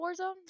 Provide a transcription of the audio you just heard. warzone